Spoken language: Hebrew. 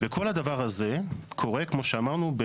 כל הדבר הזה קורה כמו שאמרנו,